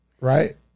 Right